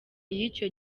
y’icyo